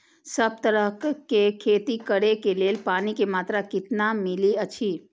सब तरहक के खेती करे के लेल पानी के मात्रा कितना मिली अछि?